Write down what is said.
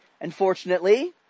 Unfortunately